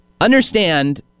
Understand